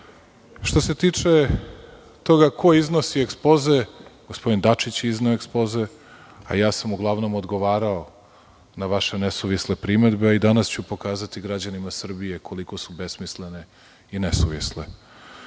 se tiče toga ko iznosi ekspoze, gospodin Dačić je izneo ekspoze, a ja sam uglavnom odgovarao na vaše nesuvisle primedbe. I danas ću pokazati građanima Srbije koliko su besmislene i nesuvisle. Tražili